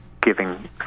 giving